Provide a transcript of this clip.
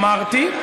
אמרתי,